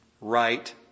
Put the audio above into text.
right